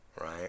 right